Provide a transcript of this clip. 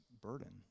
burden